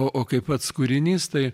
o o kaip pats kūrinys tai